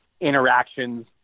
interactions